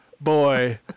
Boy